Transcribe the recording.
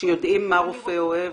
שיודעים מה רופא אוהב,